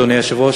אדוני היושב-ראש,